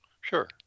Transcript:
sure